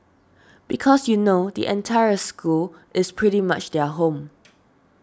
because you know the entire school is pretty much their home